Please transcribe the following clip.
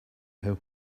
help